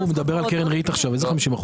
לא, הוא מדבר על קרן ריט עכשיו, איזה 50%?